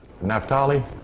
Naphtali